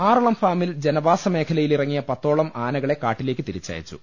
ആറളം ഫാമിൽ ജനവാസമേഖലയിലിറങ്ങിയ പത്തോളം ആനകളെ കാട്ടിലേക്ക് തിരിച്ചയച്ചു